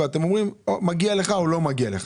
אתם אומרים לו אם מגיע לו או לא מגיע לו.